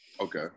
Okay